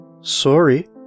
Sorry